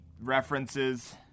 references